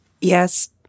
Yes